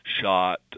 shot